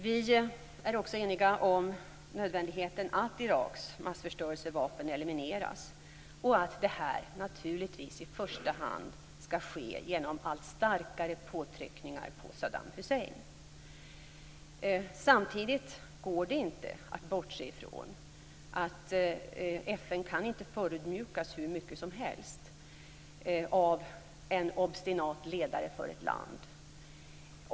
Vi är också eniga om nödvändigheten av att Iraks massförstörelsevapen elimineras, och att det här naturligtvis i första hand skall ske genom allt starkare påtryckningar på Saddam Hussein. Samtidigt går det inte att bortse från att FN inte kan förödmjukas hur mycket som helst av en obstinat ledare för ett land.